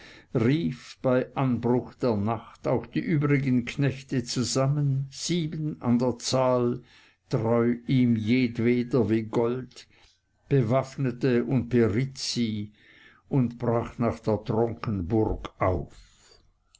bei anbruch der nacht auch die übrigen knechte zusammen sieben an der zahl treu ihm jedweder wie gold bewaffnete und beritt sie und brach nach der tronkenburg auf